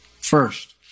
First